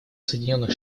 соединенных